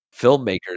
filmmakers